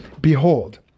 Behold